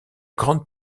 grande